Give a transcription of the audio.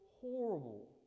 horrible